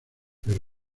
pero